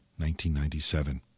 1997